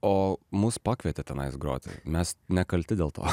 o mus pakvietė tenais groti mes nekalti dėl to